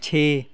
ਛੇ